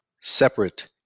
separate